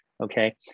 Okay